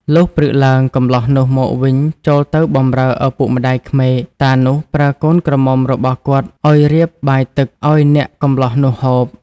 លុះព្រឹកឡើង កម្លោះនោះមកវិញចូលទៅបំរើឪពុកម្តាយក្មេក តានោះប្រើកូនក្រមុំរបស់គាត់ឱ្យរៀបបាយទឹកឱ្យអ្នកកម្លោះនោះហូប។